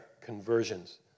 conversions